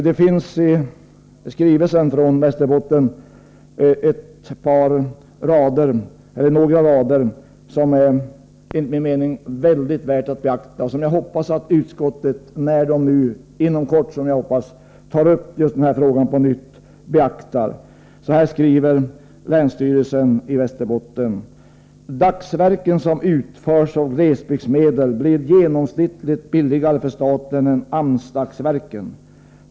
I skrivelsen från Västerbotten finns det några rader som enligt min mening är värda att beakta och som jag hoppas att utskottet senare kommer att beakta. Jag hoppas nämligen att utskottet inom kort på nytt tar upp den här frågan. Så här skriver länsstyrelsen i Västerbotten. ”Dagsverken som utförs av glesbygdsmedel blir genomsnittligt billigare för staten än AMS-dagsverken.